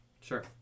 Sure